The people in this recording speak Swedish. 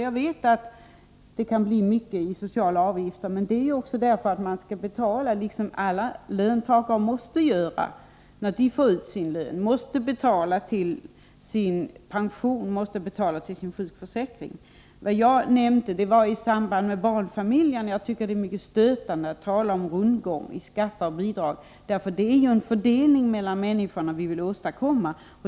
Jag vet att det kan bli stora belopp i sådana fall, men här gäller det ju avgifter som alla löntagare måste betala — de måste betala till sin pension och till sin sjukförsäkring. Jag nämnde barnfamiljerna, och i det sammanhanget tycker jag att det är stötande att tala om rundgång, för vi vill ju åstadkomma en bättre fördelning människor emellan.